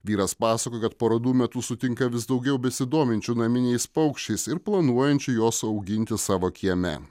vyras pasakoja kad parodų metu sutinka vis daugiau besidominčių naminiais paukščiais ir planuojančių juos auginti savo kieme